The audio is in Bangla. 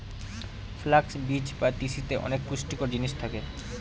ফ্লাক্স বীজ বা তিসিতে অনেক পুষ্টিকর জিনিস থাকে